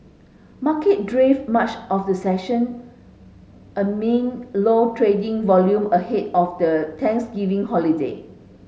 market drifted much of the session amid low trading volume ahead of the Thanksgiving holiday